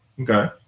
Okay